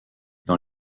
dans